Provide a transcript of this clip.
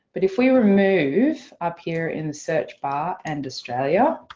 but if we remove up here in the search bar and australia,